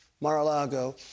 Mar-a-Lago